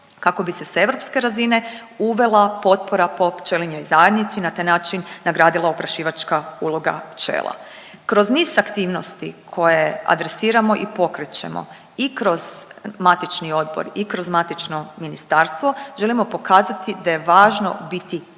kako bi se s europske razine uvela potpora po pčelinjoj zajednici, na taj način nagradila oprašivačka uloga pčela. Kroz niz aktivnosti koje adresiramo i pokrećemo i kroz matični odbor i kroz matično ministarstvo, želimo pokazati da je važno biti